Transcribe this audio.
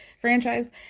franchise